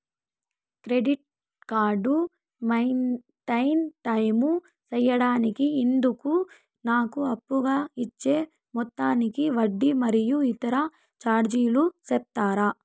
Credit card maintain time సేయడానికి ఇందుకు నాకు అప్పుగా ఇచ్చే మొత్తానికి వడ్డీ మరియు ఇతర చార్జీలు సెప్తారా?